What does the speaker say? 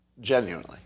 Genuinely